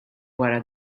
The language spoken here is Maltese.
wara